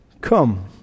Come